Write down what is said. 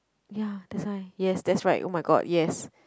ya that's why yes that's right oh my god yes